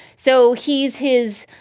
so he's his,